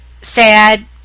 sad